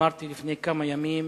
אמרתי לפני כמה ימים